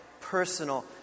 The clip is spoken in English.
personal